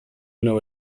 know